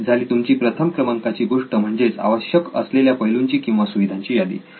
ही झाली तुमची प्रथम क्रमांकाची गोष्ट म्हणजेच आवश्यक असलेल्या पैलूंची किंवा सुविधांची यादी